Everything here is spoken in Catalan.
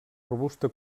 robusta